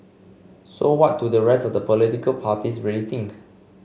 so what do the rest of the political parties really think